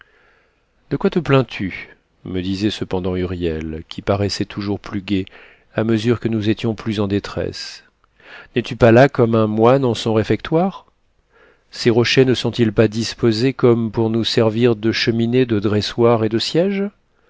de quoi te plains tu me disait cependant huriel qui paraissait toujours plus gai à mesure que nous étions plus en détresse n'es-tu pas là comme un moine en son réfectoire ces rochers ne sont-ils pas disposés comme pour nous servir de cheminée de dressoirs et de siéges